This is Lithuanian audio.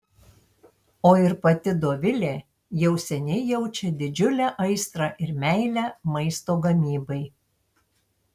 o ir pati dovilė jau seniai jaučia didžiulę aistrą ir meilę maisto gamybai